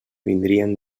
vindrien